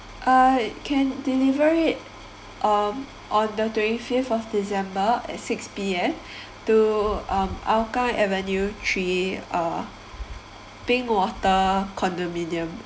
uh can deliver it um on the twenty fifth of december at six P_M to um Hougang avenue three uh Hougang avenue three pink water condominium